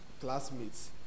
classmates